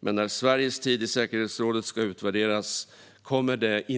Men när Sveriges tid i säkerhetsrådet ska utvärderas kommer det